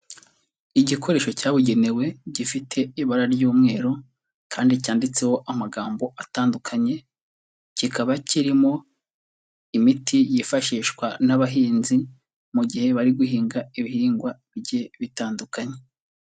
Igikoresho cyabugenewe, gifite ibara ry'umweru kandi cyanditseho amagambo atandukanye, kikaba kirimo imiti yifashishwa n'abahinzi, mu gihe bari guhinga ibihingwa bigiye bitandukanye.